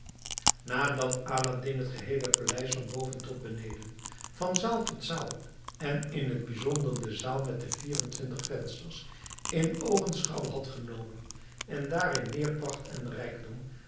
nadat aladdin het geheele paleis van boven tot beneden van zaal tot zaal en in t bijzonder de zaal met de vier en twintig vensters in oogenschouw had genomen en daarin meer pracht en rijkdom